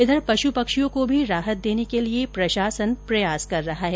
इधर पशु पक्षियोँ को भी राहत देने के लिए प्रशासन प्रयास कर रहा है